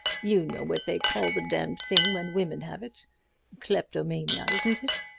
you know what they call the damned thing when women have it kleptomania, isn't it?